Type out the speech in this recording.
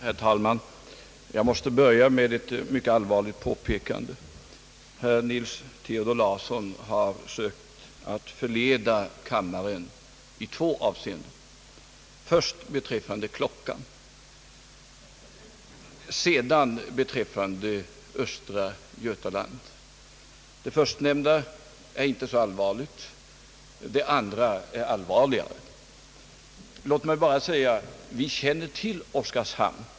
Herr talman! Jag måste börja med ett mycket allvarligt påpekande. Herr Nils Theodor Larsson har sökt att förleda kammaren, i två avseenden. Först beträffande klockan, sedan beträffande östra Götaland. Det förstnämnda är inte så allvarligt. Det andra är allvarligare. Låt mig säga att vi känner till Oskarshamn.